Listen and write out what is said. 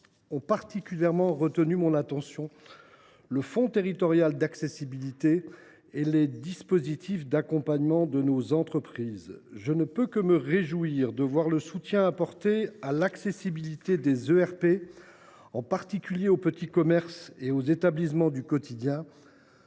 ont particulièrement retenu mon attention : le fonds territorial d’accessibilité et les dispositifs d’accompagnement de nos entreprises. Je ne peux que me réjouir de voir le soutien apporté à l’accessibilité des ERP, en particulier aux petits commerces et aux établissements du quotidien.